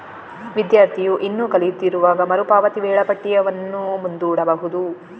ವಿದ್ಯಾರ್ಥಿಯು ಇನ್ನೂ ಕಲಿಯುತ್ತಿರುವಾಗ ಮರು ಪಾವತಿ ವೇಳಾಪಟ್ಟಿಯನ್ನು ಮುಂದೂಡಬಹುದು